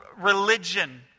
religion